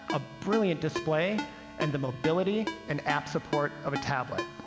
a brilliant display and the mobility and app support of a tablet.